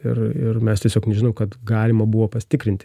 ir ir mes tiesiog nežinom kad galima buvo pasitikrinti